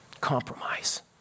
Compromise